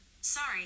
Sorry